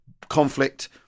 conflict